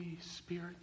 Spirit